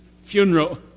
funeral